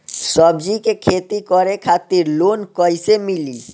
सब्जी के खेती करे खातिर लोन कइसे मिली?